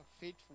faithful